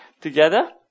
together